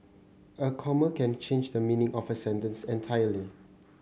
a comma can change the meaning of a sentence entirely